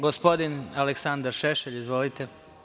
Gospodin Aleksandar Šešelj, izvolite.